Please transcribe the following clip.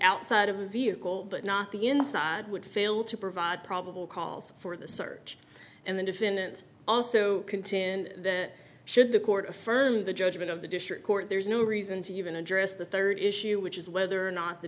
outside of the vehicle but not the inside would fail to provide probable cause for the search and the defendant also contin the should the court affirm the judgment of the district court there's no reason to even address the rd issue which is whether or not the